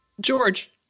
George